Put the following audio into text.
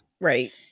Right